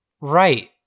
Right